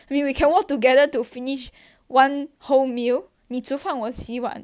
I mean we can work together to finish one whole meal 你煮饭我洗碗